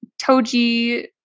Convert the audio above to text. Toji